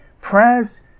Prayers